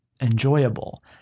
enjoyable